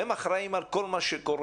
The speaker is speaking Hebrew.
הם אחראים על כל מה שקורה.